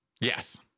Yes